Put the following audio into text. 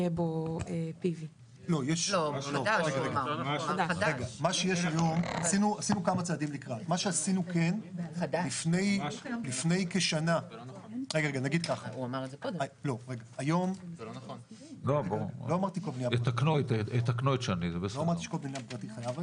יהיה בו PV. לא אמרתי שכל בניין פרטי חייב היום.